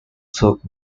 took